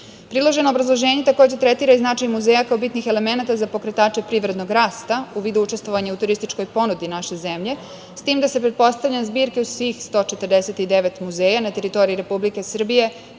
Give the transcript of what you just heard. Srbiju. Priloženo obrazloženje takođe tretira i značaj muzeja kao bitnih elemenata za pokretače privrednog rasta, u vidu učestvovanja u turističkoj ponudi naše zemlje, s tim da se, pretpostavljam, zbirke svih 149 muzeja na teritoriji Republike Srbije